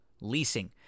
leasing